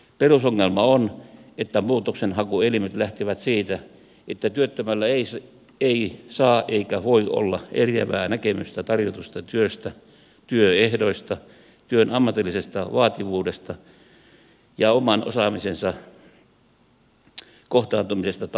perusongelma on että muutoksenhakuelimet lähtevät siitä että työttömällä ei saa eikä voi olla eriävää näkemystä tarjotusta työstä työehdoista työn ammatillisesta vaativuudesta ja oman osaamisensa kohtaantumisesta tai koulutuksesta